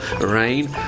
rain